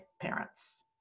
parents